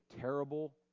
terrible